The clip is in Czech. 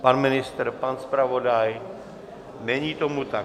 Pan ministr, pan zpravodaj, není tomu tak.